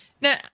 Now